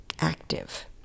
active